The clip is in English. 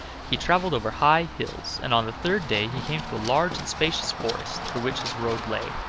he traveled over high hills, and on the third day he came to a large and spacious forest through which his road lay.